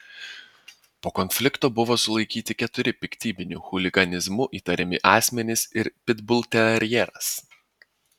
po konflikto buvo sulaikyti keturi piktybiniu chuliganizmu įtariami asmenys ir pitbulterjeras